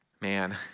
man